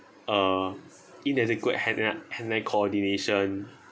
uh inadequate hand~ hand-eye coordination